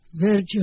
Virgil